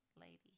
lady